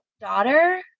daughter